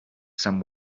some